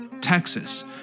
Texas